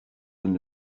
donne